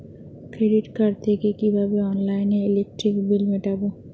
Credit card থেকে কিভাবে অনলাইনে ইলেকট্রিক বিল মেটাবো?